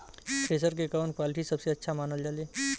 Thresher के कवन quality सबसे अच्छा मानल जाले?